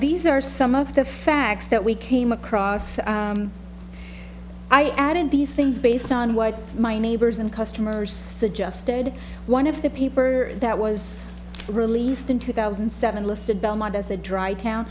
these are some of the facts that we came across i added these things based on what my neighbors and customers suggested one of the paper that was released in two thousand and seven listed belmont as a dry town